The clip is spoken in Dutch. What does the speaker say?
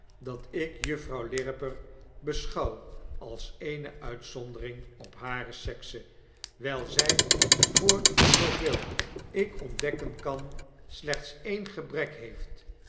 dat ik juffrouw lirriper beschouw als eene uitzondering op hare sekse wyl zy voorzooveelikontdekken kan slechts een gebrek heeft